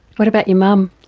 what about your mum?